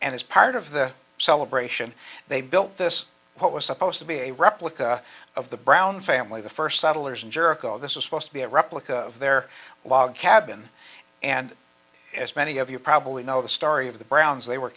and as part of the celebration they built this what was supposed to be a replica of the brown family the first settlers in jericho this is supposed to be a replica of their log cabin and as many of you probably know the story of the browns they were